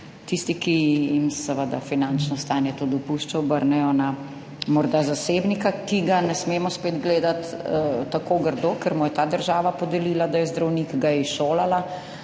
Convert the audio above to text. tisti, ki jim seveda finančno stanje to dopušča, obrnejo na morda zasebnika, ki ga ne smemo spet gledati tako grdo, ker mu je ta država podelila, da je zdravnik, ga je izšolala